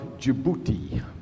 Djibouti